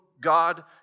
God